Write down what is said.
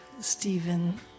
Stephen